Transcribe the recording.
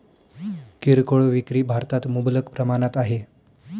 किरकोळ विक्री भारतात मुबलक प्रमाणात आहे